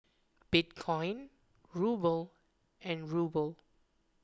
Bitcoin Ruble and Ruble